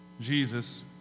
Jesus